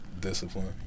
discipline